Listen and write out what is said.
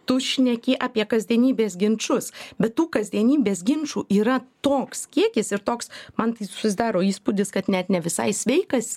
tu šneki apie kasdienybės ginčus bet tų kasdienybės ginčų yra toks kiekis ir toks man susidaro įspūdis kad net ne visai sveikas